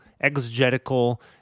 exegetical